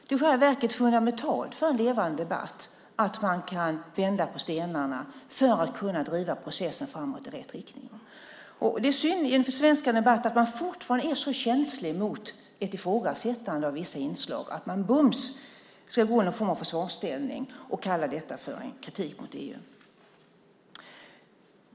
Det är i själva verket fundamentalt för en levande debatt att man kan vända på stenarna för att kunna driva processen framåt i rätt riktning. Det är synd i en för svenskarna viktig debatt att man fortfarande är så känslig för ett ifrågasättande av vissa inslag att man bums ska gå i någon form av försvarsställning och kalla detta för kritik mot EU.